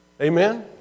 Amen